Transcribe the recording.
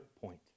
point